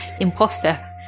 Imposter